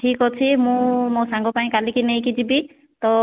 ଠିକ୍ ଅଛି ମୁଁ ମୋ ସାଙ୍ଗ ପାଇଁ କାଲିକି ନେଇକି ଯିବି ତ